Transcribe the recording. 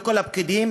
לכל הפקידים,